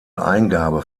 eingabe